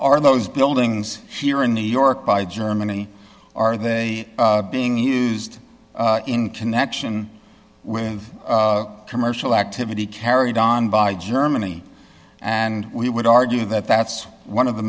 are those buildings here in new york by germany are they being used in connection commercial activity carried on by germany and we would argue that that's one of the